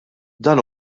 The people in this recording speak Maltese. dan